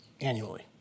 annually